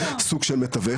סוג של מתווך.